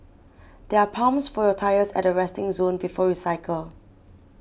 there are pumps for your tyres at the resting zone before you cycle